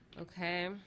okay